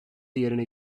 yerine